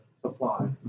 supply